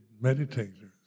meditators